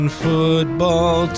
football